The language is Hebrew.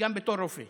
וגם בתור רופא